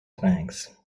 banks